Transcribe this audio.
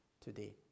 today